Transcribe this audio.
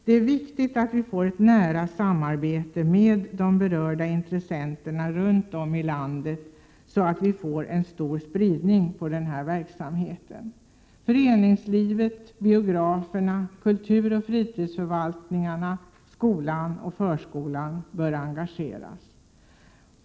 Det är viktigt att ett nära samarbete skapas med berörda intressenter runt omilandet, så att verksamheten får stor spridning. Föreningslivet, biograferna, kulturoch fritidsförvaltningarna, skolan och förskolan bör engageras.